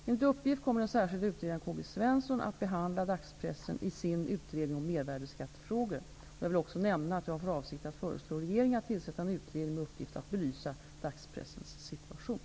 Enligt uppgift kommer den särskilde utredaren K G Svensson att behandla dagspressen i sin utredning om mervärdesskattefrågor. Jag vill också nämna att jag har för avsikt att föreslå regeringen att tillsätta en utredning med uppgift att belysa dagspressens situation.